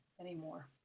anymore